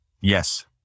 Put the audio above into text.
yes